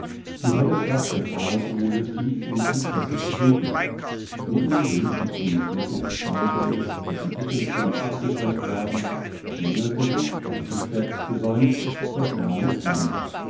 die helle pracht der talsohle tief unten fesselte den blick mitten durch die grüne fläche des steinfeldes dessen ecken stumpf abgeschrägt waren schlängelte sich von buschwerk gesäumt der schmale